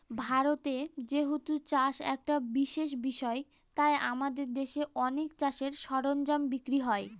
ভারতে যেহেতু চাষ একটা বিশেষ বিষয় তাই আমাদের দেশে অনেক চাষের সরঞ্জাম বিক্রি হয়